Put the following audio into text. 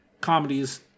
comedies